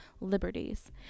liberties